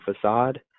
facade